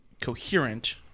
coherent